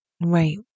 Right